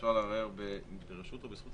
אפשר לערער ברשות או בזכות,